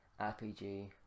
RPG